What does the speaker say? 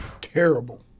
terrible